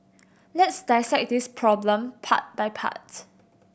let's dissect this problem part by part